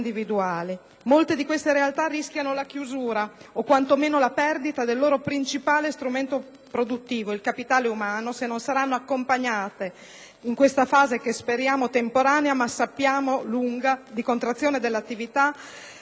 Molte di queste realtà rischiano la chiusura, o quantomeno la perdita del loro principale strumento produttivo - il capitale umano - se non saranno accompagnate nella fase, che speriamo temporanea, ma sappiamo essere lunga, di contrazione dell'attività,